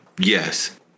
Yes